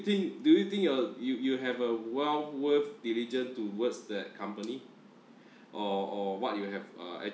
think do you think you are you you have a well worth diligent towards that company or or what you'll have I